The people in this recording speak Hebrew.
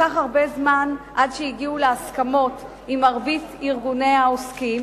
לקח הרבה זמן עד שהגיעו להסכמות עם מרבית ארגוני העוסקים.